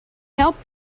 helped